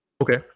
Okay